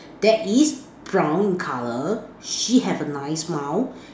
that is brown in colour she have a nice smile